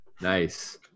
Nice